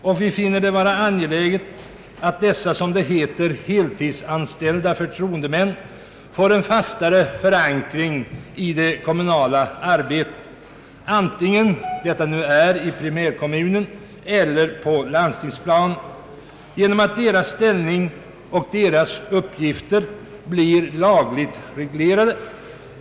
Vi finner det vara angeläget att dessa, som det heter, heltidsanställda förtroendemän får en fastare förankring i det kommunala arbetet, antingen det nu utförs i primärkommunen eller på landstingsplanet, genom att deras ställning och deras uppgifter blir lagligt reglerade.